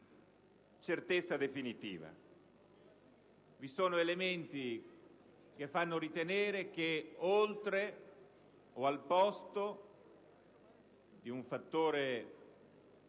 certezza definitiva. Vi sono elementi che fanno ritenere che oltre o al posto di un fattore